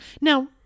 Now